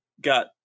got